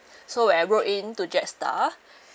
so when I wrote in to Jetstar